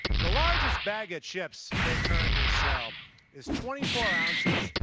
the largest bag of chips they currently sell is twenty four ounces,